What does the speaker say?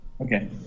Okay